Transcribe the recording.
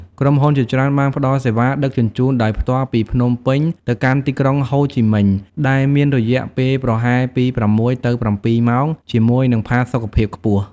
ក្រុមហ៊ុនជាច្រើនបានផ្តល់សេវាដឹកជញ្ជូនដោយផ្ទាល់ពីភ្នំពេញទៅកាន់ទីក្រុងហូជីមិញ ដែលមានរយៈពេលប្រហែលពី៦ទៅ៧ម៉ោងជាមួយនឹងផាសុកភាពខ្ពស់។